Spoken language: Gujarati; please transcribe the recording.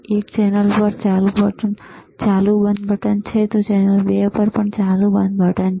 એક ચેનલ પર ચાલુ બંધ બટન છે ચેનલ 2 પર ચાલુ બંધ બટન છે